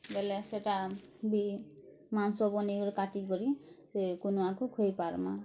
ବେଲେ ସେଟା ବି ମାଂସ ବନେଇ କରି କାଟି କରି ସେ କୁନୁଆକୁ ଖୁଏଇ ପାର୍ମା